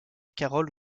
carole